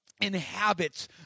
inhabits